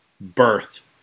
birth